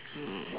mm